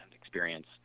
experience